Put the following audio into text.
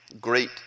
Great